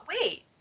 wait